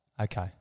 Okay